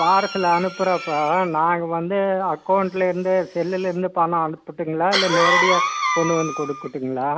பார்சலை அனுப்புறப்போ நாங்கள் வந்து அக்கவுண்ட்டுலேருந்து செல்லுலேருந்து பணம் அனுப்பட்டுங்களா இல்லை நேரடியாக கொண்டு வந்து கொடுக்கட்டுங்களா